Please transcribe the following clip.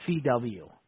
CW